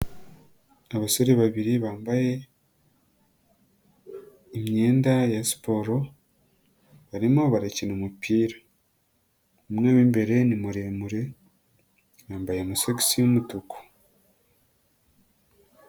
Abasore babiri bambaye, imyenda ya siporo, barimo barakina umupira, umwe w'imbere ni muremure, yambaye amasogisi y'umutuku.